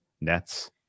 Nets